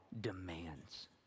demands